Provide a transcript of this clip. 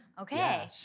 Okay